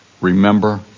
remember